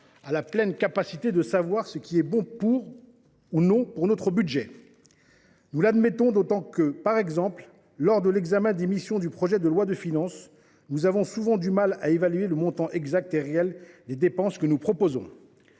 la pleine capacité de savoir ce qui est bon ou non pour notre budget. Nous l’admettons. Ainsi, lors de l’examen des missions du projet de loi de finances, nous avons souvent du mal à évaluer le montant exact et réel des dépenses que nous proposons…